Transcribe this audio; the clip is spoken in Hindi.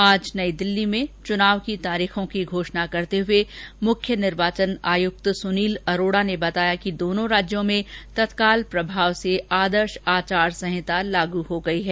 आज नई दिल्ली में चुनाव की तारीखों की घोषणा करते हुए मुख्य निर्वाचन आयुक्त सुनील अरोडा ने बताया कि दोनों राज्यों में तत्काल प्रभाव से आदर्श आचार संहित लागू हो गई है